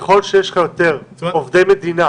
ככל שיש לך יותר עובדי מדינה